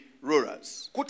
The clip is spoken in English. rulers